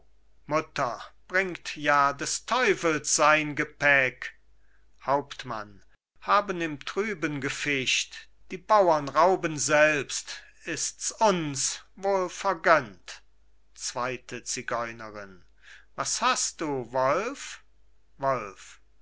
mutter bringt ja des teufels sein gepäck hauptmann haben im trüben gefischt die bauern rauben selbst ist's uns wohl vergönnt zweite zigeunerin was hast du wolf wolf